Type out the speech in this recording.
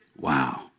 Wow